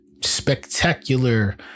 Spectacular